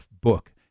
book